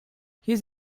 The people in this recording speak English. his